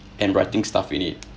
and writing stuff in it